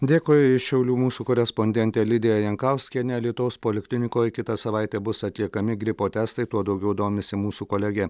dėkui šiaulių mūsų korespondentė lidija jankauskienė alytaus poliklinikoj kitą savaitę bus atliekami gripo testai tuo daugiau domisi mūsų kolegė